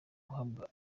guhabwa